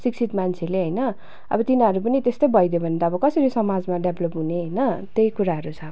शिक्षित मान्छेले होइन अब तिनीहरू पनि त्यस्तै भइदियो भने अब कसरी समाजमा डेभ्लप हुने होइन त्यही कुराहरू छ